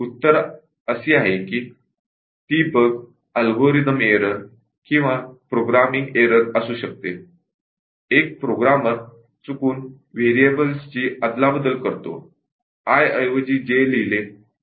उत्तर असे आहे की ती बग अल्गोरिदम एरर किंवा प्रोग्रामिंग एरर असू शकते